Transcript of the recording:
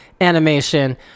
animation